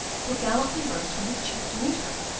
who gallantly rose from his chair to meet her.